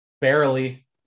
barely